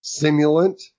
simulant